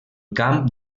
camp